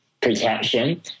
protection